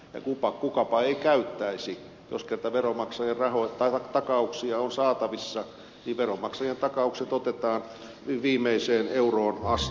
ja kukapa ei käyttäisi jos kerran takauksia on saatavissa veronmaksajien takaukset otetaan viimeiseen euroon asti